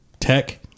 Tech